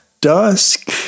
dusk